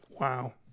Wow